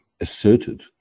asserted